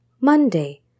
Monday